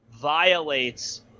violates